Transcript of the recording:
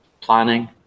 planning